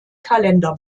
kalender